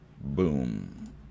boom